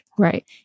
Right